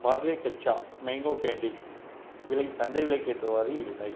Parle Kaccha mango candy விலை சந்தை விலைக்கு ஏற்றவாறு இல்லை